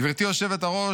גברתי היושבת-ראש,